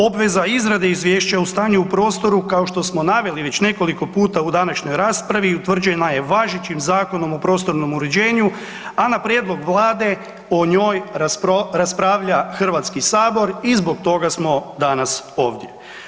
Obveza izrade izvješća o stanju u prostoru kao što smo naveli već nekoliko puta u današnjoj raspravi utvrđena je važećim Zakonom o prostornom uređenju, a na prijedlog vlade o njoj raspravlja HS i zbog toga smo danas ovdje.